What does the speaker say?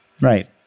Right